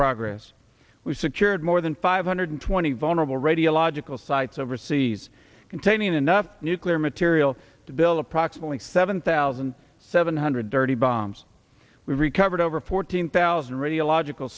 progress we secured more than five hundred twenty vulnerable radiological sites overseas containing enough nuclear material to build approximately seven thousand seven hundred dirty bombs we recovered over fourteen thousand radiological